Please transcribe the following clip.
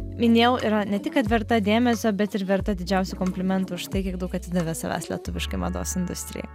minėjau yra ne tik kad verta dėmesio bet ir verta didžiausių komplimentų štai kiek daug atidavė savęs lietuviškai mados industrijai